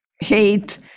hate